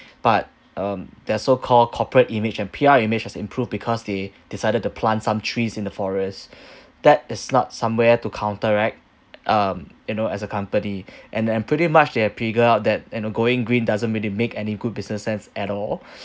but um their so called corporate image and P_R image has improved because they decided to plant some trees in the forest that is not somewhere to counter right um you know as a company and and pretty much they have figured out that you know going green doesn't really make any good business sense at all